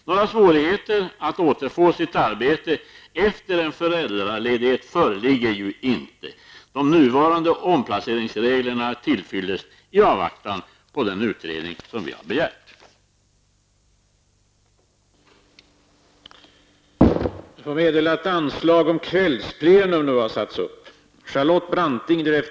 Några svårigheter att återfå sitt arbete efter en föräldraledighet föreligger ju inte. De nuvarande omplaceringsreglerna är till fyllest i avvaktan på den utredning som vi har begärt.